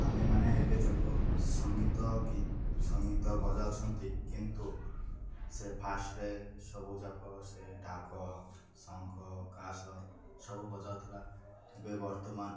ଆମେମାନେ ଏବେଯାକ ସଙ୍ଗୀତ ଗୀତ ସଙ୍ଗୀତ ବଜାଉଛନ୍ତି କିନ୍ତୁ ସେ ଫାଷ୍ଟରେ ସବୁଯାକ ସେ ଢାକ ଶଙ୍ଖ କାସ ସବୁ ବଜାଉଥିଲା ଏବେ ବର୍ତ୍ତମାନ